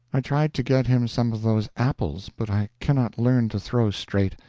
i tried to get him some of those apples, but i cannot learn to throw straight.